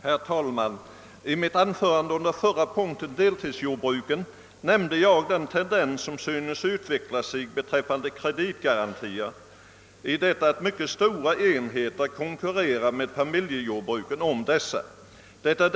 Herr talman! I mitt anförande i det närmast föregående ärendet, som gällde deltidsjordbruken, nämnde jag den tendens som synes utveckla sig beträffande kreditgarantierna genom att mycket stora enheter får konkurrera med familjejordbruken om dessa garantier.